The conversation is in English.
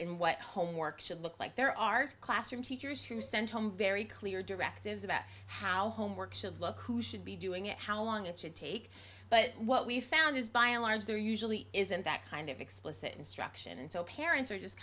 in what homework should look like there are classroom teachers who sent home very clear directives about how homeworks of look who should be doing it how long it should take but what we found is by a large there usually isn't that kind of explicit instruction and so parents are just